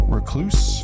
Recluse